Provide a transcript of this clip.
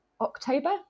october